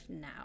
now